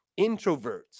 introverts